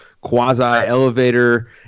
quasi-elevator